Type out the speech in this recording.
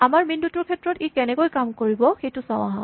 আমাৰ বিন্দুটোৰ ক্ষেত্ৰত ই কেনেকৈ কাম কৰিব সেইটো চাওঁ আহা